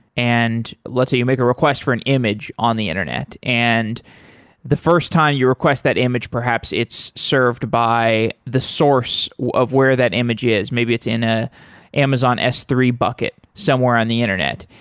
and let's say you make a request for an image on the internet, and the first time you request that image, perhaps it's served by the source of where that image is. maybe it's in the ah amazon s three bucket somewhere on the internet,